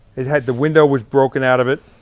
it had the window was broken out of it.